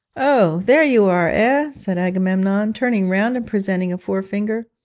oh, there you are, ah said agamemnon, turning round and presenting a forefinger.